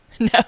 No